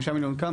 5 מיליון כאן,